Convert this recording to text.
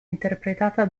interpretata